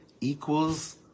equals